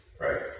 Right